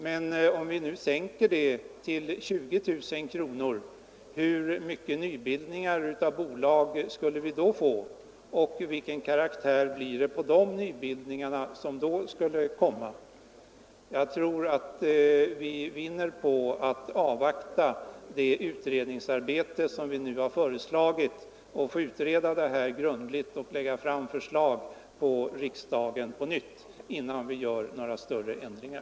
Men hur många nybildningar av bolag skulle det bli om man sänker detta belopp till 20 000 kronor, och vilken karaktär skulle bolagen då få? Jag tror att vi vinner på att avvakta det utredningsarbete som nu föreslagits. Vi måste utreda detta grundligt, innan vi gör några större ändringar.